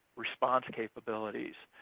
response capabilities,